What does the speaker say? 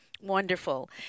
Wonderful